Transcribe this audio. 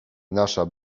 nasza